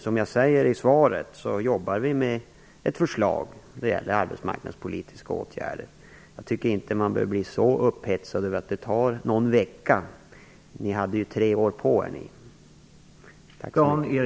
Som jag säger i svaret jobbar regeringen med ett förslag om arbetsmarknadspolitiska åtgärder. Man behöver väl inte bli så upphetsad över att det tar någon vecka; ni hade ju tre år på er.